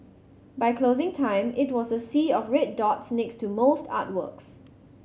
by closing time it was a sea of red dots next to most artworks